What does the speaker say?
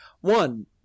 one